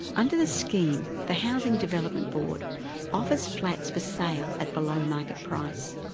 under the scheme, the housing development board offers flats for sale at below market price.